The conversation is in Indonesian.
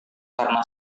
karena